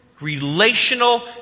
relational